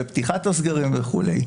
בפתיחת הסגרים וכולי.